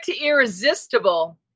irresistible